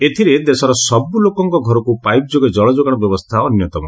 ଏଥିରେ ଦେଶର ସବୁ ଲୋକଙ୍କ ଘରକୁ ପାଇପ୍ ଯୋଗେ ଜଳ ଯୋଗାଣ ବ୍ୟବସ୍ଥା ଅନ୍ୟତମ